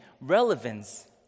relevance